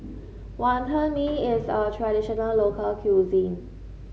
Wantan Mee is a traditional local cuisine